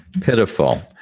Pitiful